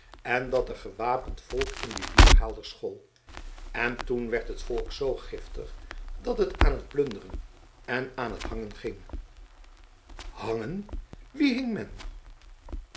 varen en dat er gewapend volk in dien bierhaalder school en toen werd het volk zoo giftig dat het aan t plunderen en aan t hangen ging hangen wie hing men